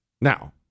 Now